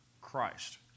Christ